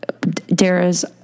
Dara's